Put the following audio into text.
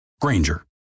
Granger